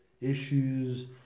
issues